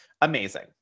amazing